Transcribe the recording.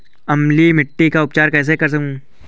अम्लीय मिट्टी का उपचार कैसे करूँ?